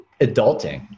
adulting